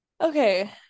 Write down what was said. Okay